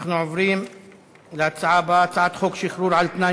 אנחנו עוברים להצעה הבאה, הצעת חוק שחרור על-תנאי